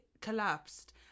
collapsed